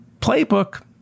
playbook